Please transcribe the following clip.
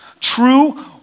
true